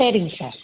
சரிங்க சார்